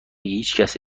هیچکس